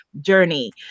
journey